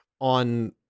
On